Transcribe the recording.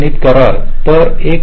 तर ते 1